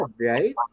right